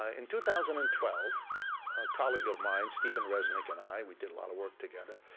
ah in two thousand and twelve, a colleague of mine, stephen resnick and i, we did a lot of work together,